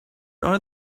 are